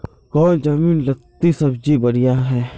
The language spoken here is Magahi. कौन जमीन लत्ती सब्जी बढ़िया हों?